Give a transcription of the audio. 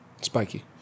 Spiky